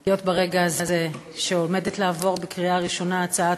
להיות ברגע הזה שעומדת לעבור בקריאה ראשונה הצעת